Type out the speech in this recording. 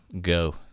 go